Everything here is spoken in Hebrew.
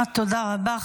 תודה רבה.